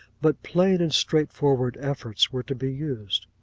but plain and straightforward, efforts were to be used.